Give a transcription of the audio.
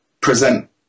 present